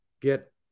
get